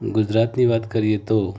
ગુજરાતની વાત કરીએ તો